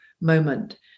moment